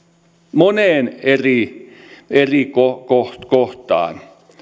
moneen eri eri kohtaan